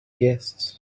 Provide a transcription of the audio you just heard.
guests